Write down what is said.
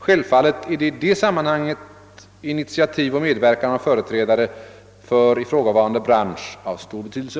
Självfallet är i det sammanhanget initiativ och medverkan av företrädare för ifrågavarande bransch av stor betydelse.